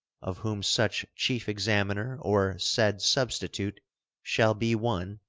of whom such chief examiner or said substitute shall be one,